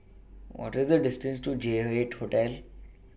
What IS The distance to J eight Hotel